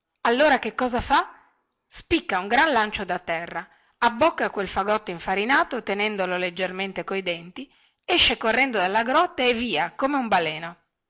allora che cosa fa spicca un gran lancio da terra abbocca quel fagotto infarinato e tenendolo leggermente coi denti esce correndo dalla grotta e via come un baleno